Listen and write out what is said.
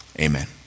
Amen